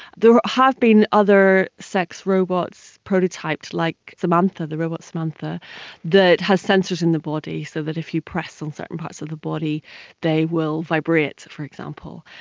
there have been other sex robots prototyped like the robot samantha that has sensors in the body so that if you press on certain parts of the body they will vibrate, for example.